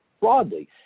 broadly